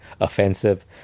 offensive